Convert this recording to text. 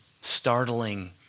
startling